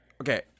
Okay